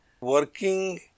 working